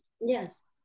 yes